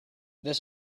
this